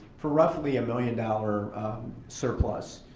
for roughly a million dollar surplus.